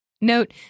Note